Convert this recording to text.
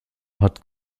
hat